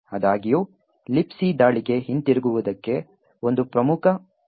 ಆದಾಗ್ಯೂ Libc ದಾಳಿಗೆ ಹಿಂತಿರುಗುವುದಕ್ಕೆ ಒಂದು ಪ್ರಮುಖ ಮಿತಿ ಇದೆ